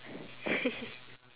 because